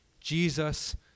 Jesus